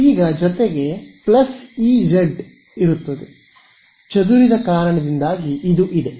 ಈಗ ಜೊತೆಗೆ ಪ್ಲಸ್ ಇ z ಡ್ ಇರುತ್ತದೆ ಚದುರಿದ ಕಾರಣದಿಂದಾಗಿ ಇದು ಇದೆ